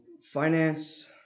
finance